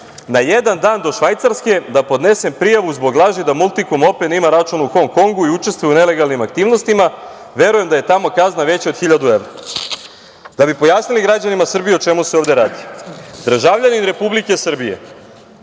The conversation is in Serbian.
na jedan dan do Švajcarske da podnesem prijavu zbog laži da „Multikom open“ ima račun u Hong Kongu i učestvuje u nelegalnim aktivnostima, verujem da je tamo kazna veća od hiljadu evra. Da bi pojasnili građanima Srbije o čemu se ovde radi, državljanin Republike Srbije